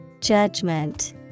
Judgment